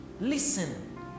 listen